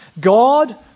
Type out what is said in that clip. God